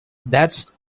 that’s